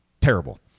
terrible